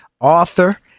Author